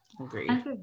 Agreed